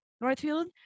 northfield